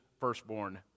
firstborn